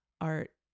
art